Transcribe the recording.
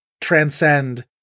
transcend